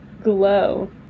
glow